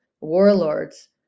warlords